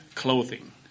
Clothing